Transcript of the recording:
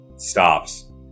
stops